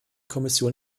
kommission